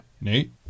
Nate